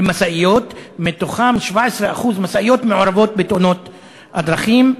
ומשאיות מעורבות ב-17% מתאונות הדרכים,